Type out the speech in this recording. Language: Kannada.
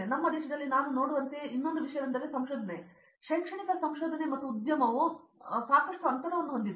ಮತ್ತು ನಮ್ಮ ದೇಶದಲ್ಲಿ ನಾನು ನೋಡುವಂತೆಯೇ ಇನ್ನೊಂದು ವಿಷಯವೆಂದರೆ ಸಂಶೋಧನೆ ಶೈಕ್ಷಣಿಕ ಸಂಶೋಧನೆ ಮತ್ತು ಉದ್ಯಮವು ಅದರ ಮಧ್ಯೆ ಸಾಕಷ್ಟು ಅಂತರವನ್ನು ಹೊಂದಿದೆ